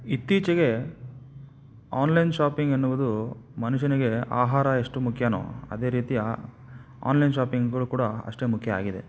ಇತ್ತೀಚೆಗೆ online shopping ಎನ್ನುವುದು ಮನುಷ್ಯನಿಗೆ ಆಹಾರ ಎಷ್ಟು ಮುಖ್ಯವೋ ಅದೇ ರೀತಿಯ ಆನ್ಲೈನ್ ಶಾಪಿಂಗ್ಗಳು ಕೂಡ ಅಷ್ಟೇ ಮುಖ್ಯ ಆಗಿದೆ